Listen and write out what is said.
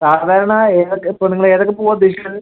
സാധാരണ ഏതൊക്കെ ഇപ്പോൾ നിങ്ങൾ ഏതൊക്കെ പൂവാണ് ഉദ്ദേശിക്കുന്നത്